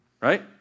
right